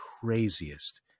craziest